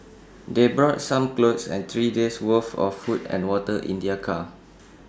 they brought some clothes and three days' worth of food and water in their car